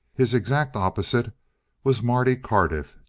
his exact opposite was marty cardiff,